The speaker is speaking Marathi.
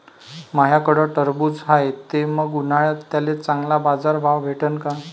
माह्याकडं टरबूज हाये त मंग उन्हाळ्यात त्याले चांगला बाजार भाव भेटन का?